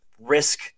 risk